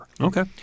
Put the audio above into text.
Okay